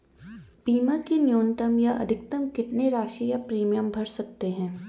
बीमा की न्यूनतम या अधिकतम कितनी राशि या प्रीमियम भर सकते हैं?